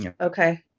okay